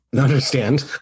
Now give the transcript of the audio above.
understand